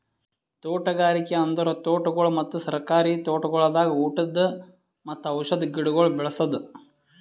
ತೋಟಗಾರಿಕೆ ಅಂದುರ್ ತೋಟಗೊಳ್ ಮತ್ತ ಸರ್ಕಾರಿ ತೋಟಗೊಳ್ದಾಗ್ ಊಟದ್ ಮತ್ತ ಔಷಧ್ ಗಿಡಗೊಳ್ ಬೆ ಳಸದ್